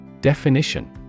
Definition